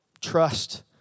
trust